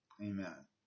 Amen